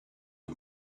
and